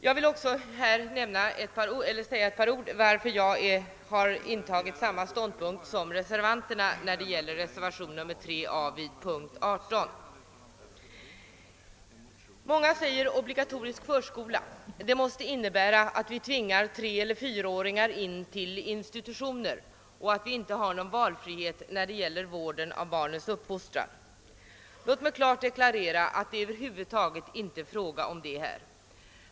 Låt mig säga några ord om anledningen till att jag intagit samma ståndpunkt som reservanterna när det gäller reservationen 3 a vid punkten 18: Många menar att en obligatorisk förskola måste innebära att treeller fyraåringar tvingas in på institutioner och att vi inte skulle få någon valfrihet när det gäller vården och uppfostran av barnen. Låt mig klart deklarera att det över huvud taget inte är fråga om något sådant i detta sammanhang.